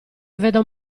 vedo